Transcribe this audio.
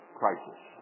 crisis